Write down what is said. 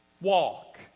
walk